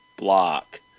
Block